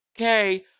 okay